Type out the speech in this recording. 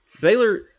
Baylor